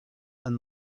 and